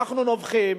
אנחנו נובחים,